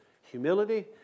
humility